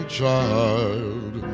child